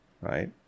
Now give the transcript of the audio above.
right